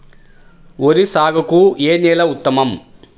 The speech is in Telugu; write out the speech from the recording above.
వరి సాగుకు ఏ నేల ఉత్తమం?